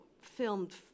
filmed